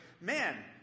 man